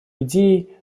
идей